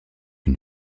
une